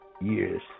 years